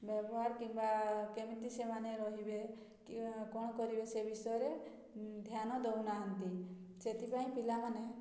ବ୍ୟବହାର କିମ୍ବା କେମିତି ସେମାନେ ରହିବେ କଣ କରିବେ ସେ ବିଷୟରେ ଧ୍ୟାନ ଦଉନାହାଁନ୍ତି ସେଥିପାଇଁ ପିଲାମାନେ